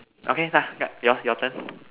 okay lah yup yours your turn